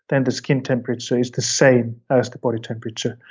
and the skin temperature is the same as the body temperature.